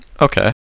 Okay